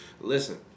listen